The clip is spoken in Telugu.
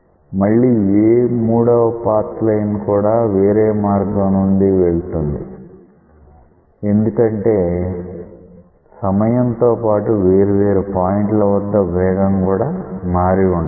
మళ్లీ ఏ మూడవ పాత్ లైన్ కూడా వేరే మార్గం నుండి వెళ్తుంది ఎందుకంటే సమయం తో పాటు వేరు వేరు పాయింట్ల వద్ద వేగం కూడా మారి ఉండవచ్చు